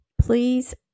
Please